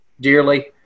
dearly